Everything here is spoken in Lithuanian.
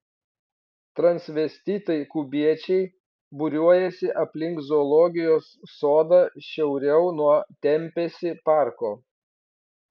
transvestitai kubiečiai būriuojasi aplink zoologijos sodą šiauriau nuo tempėsi parko